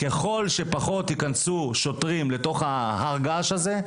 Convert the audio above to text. שככל ששוטרים ייכנסו פחות לתוך הר הגעש הזה,